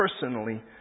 personally